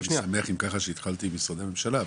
אם ככה, אני שמח שהתחלתי ממשרדי ממשלה.